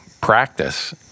practice